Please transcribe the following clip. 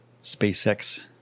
SpaceX